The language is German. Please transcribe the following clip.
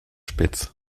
spitz